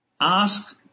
ask